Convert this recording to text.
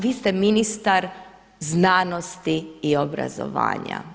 Vi ste ministar znanosti i obrazovanja.